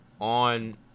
on